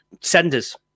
senders